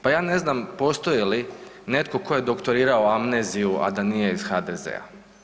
Pa ja ne znam postoji li netko tko je doktorirao amneziju a da nije iz HDZ-a.